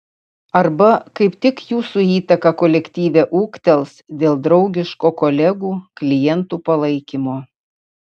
arba kaip tik jūsų įtaka kolektyve ūgtels dėl draugiško kolegų klientų palaikymo